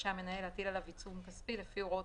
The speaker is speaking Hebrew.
רשאי המנהל להטיל עליו עיצום כספי לפי הוראות